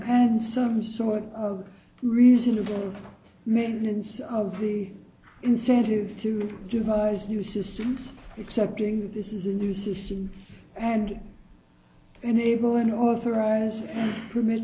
and some sort of reasonable maintenance of the incentive to devise new systems accepting that this is a new system and enabling authorize permit